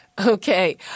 Okay